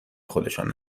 خودشان